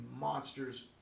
monsters